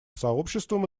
сообществом